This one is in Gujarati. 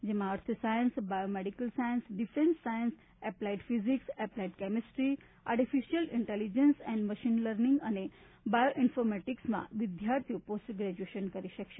જેમાં earth science biomedical science defence science applied physics applied chemistry artificial intelligence and machine learning અને બાયોઇન્ફોર્મેટિકસમાં વિદ્યાર્થીઓ પોસ્ટ ગ્રેજ્યુએશન કરી શકશે